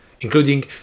including